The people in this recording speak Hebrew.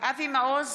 אבי מעוז,